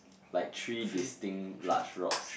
like three distinct large rocks